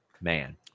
man